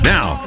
Now